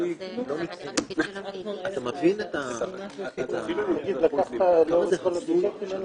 אני חושב שיש דברים שאפשר אני לא חושב שמשקיעים אותה